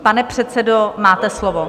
Pane předsedo, máte slovo.